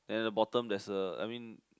then the bottom there's a I mean